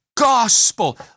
gospel